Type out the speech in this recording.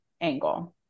angle